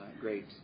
great